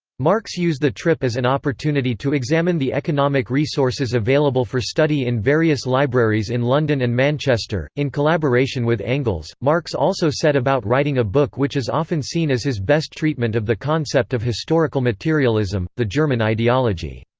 marx used the trip as an opportunity to examine the economic resources available for study in various libraries in london and manchester in collaboration with engels, marx also set about writing a book which is often seen as his best treatment of the concept of historical materialism, the german ideology.